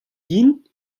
din